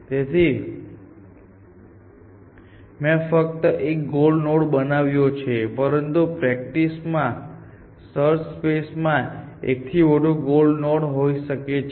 તેથી મેં ફક્ત એક ગોલ નોડ બનાવ્યો છે પરંતુ પ્રેકટીસ માં સર્ચ સ્પેસ માં એક થી વધુ ગોલ નોડ હોઈ શકે છે